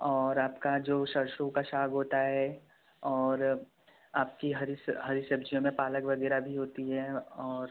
और आपका जो सरसों का साग होता है और आपकी हरी हरी सब्जियों में पालक वगैरह भी होती है और